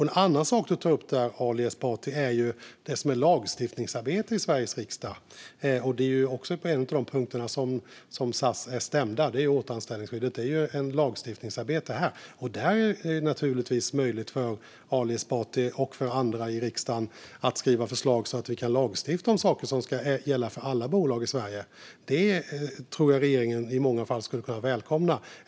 En annan sak som Ali Esbati tar upp är det som är lagstiftningsarbete i Sveriges riksdag. Det är också på en av de punkterna som SAS är stämda. Det är återanställningsskyddet, som är ett lagstiftningsarbete här, och där är det naturligtvis möjligt för Ali Esbati och andra i riksdagen att skriva förslag så att vi kan lagstifta om saker som ska gälla för alla bolag i Sverige. Det tror jag att regeringen i många fall skulle kunna välkomna.